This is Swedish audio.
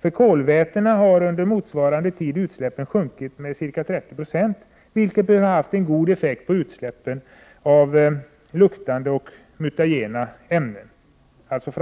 För HC har under motsvarande tid utsläppen sjunkit med ca 30 9 vilket bör ha haft en god effekt på utsläppen av luktande och mutagena” — alltså